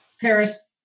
Paris